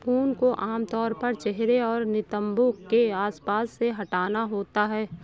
ऊन को आमतौर पर चेहरे और नितंबों के आसपास से हटाना होता है